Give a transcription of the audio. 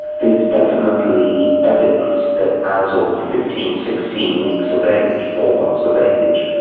there's definitely evidence that as um sixteen sixteen weeks of age, four months of age,